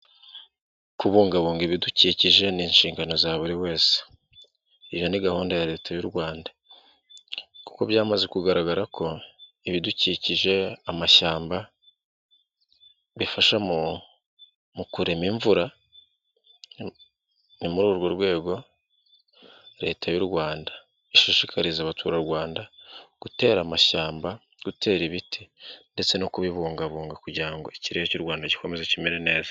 Kubungabunga ibidukikije ni inshingano za buri wese. Iyo ni gahunda ya leta y'u Rwanda kuko byamaze kugaragara ko ibidukikije, amashyamba bifasha mu kurema imvura. Ni muri urwo rwego leta y'u Rwanda ishishikariza Abaturarwanda gutera amashyamba, gutera ibiti ndetse no kubibungabunga kugira ngo ikirere cy'u Rwanda gikomeze kimere neza.